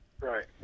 Right